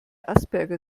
asperger